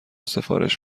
سفارش